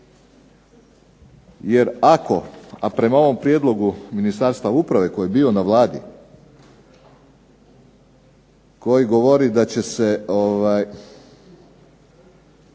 Jer ako, a prema ovom prijedlogu Ministarstva uprave koji je bio na Vladi, koji govori da će se,